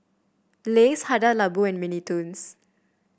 Lays Hada Labo and Mini Toons